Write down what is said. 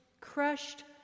crushed